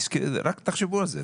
רק תחשבו על זה.